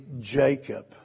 Jacob